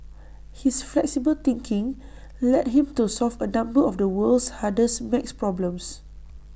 his flexible thinking led him to solve A number of the world's hardest math problems